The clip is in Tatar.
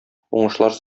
уңышлар